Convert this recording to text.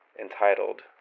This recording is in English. entitled